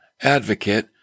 advocate